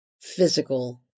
physical